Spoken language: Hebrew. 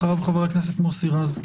אחריו חבר הכנסת מוסי רז.